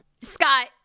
Scott